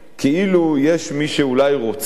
כאילו יש מי שאולי רוצה